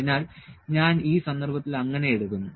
അതിനാൽ ഞാൻ ഇത് ഈ സന്ദർഭത്തിൽ അങ്ങനെ എടുക്കുന്നു